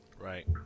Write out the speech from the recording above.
Right